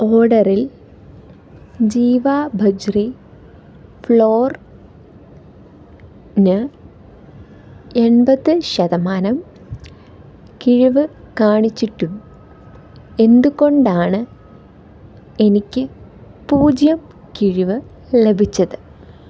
ഓർഡറിൽ ജീവ ബജ്രി ഫ്ലോറിന് എൺപത് ശതമാനം കിഴിവ് കാണിച്ചിട്ടും എന്തുകൊണ്ടാണ് എനിക്ക് പൂജ്യം കിഴിവ് ലഭിച്ചത്